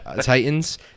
Titans